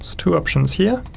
two options here,